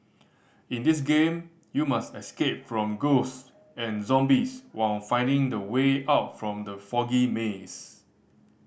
in this game you must escape from ghost and zombies while finding the way out from the foggy maze